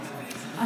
הרי בסוף,